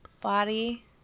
body